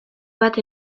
bat